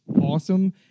awesome